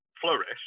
flourish